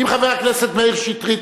אם חבר הכנסת מאיר שטרית,